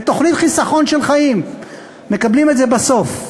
זה תוכנית חיסכון של חיים, מקבלים את זה בסוף.